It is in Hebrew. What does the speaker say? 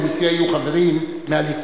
ובמקרה יהיו חברים מהליכוד,